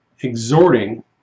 exhorting